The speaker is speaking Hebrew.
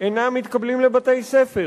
אינם מתקבלים לבתי-ספר,